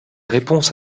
réponses